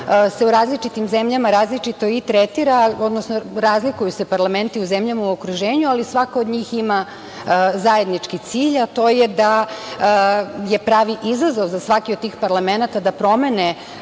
se u različitim zemljama različito i tretira, odnosno razlikuju se parlamenti u zemljama u okruženju, ali svaka od njih ima zajednički cilj, a to je da je pravi izazov za svaki od tih parlamenata da promene